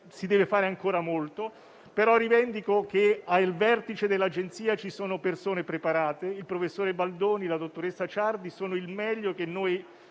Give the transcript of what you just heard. si deve fare ancora molto, però rivendico che al vertice dell'Agenzia ci sono persone preparate. Il professor Baldoni e la dottoressa Ciardi sono il meglio che